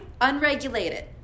Unregulated